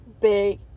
big